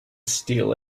steal